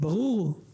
ברור.